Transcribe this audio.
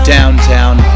Downtown